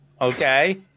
Okay